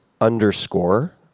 underscore